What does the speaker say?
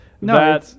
no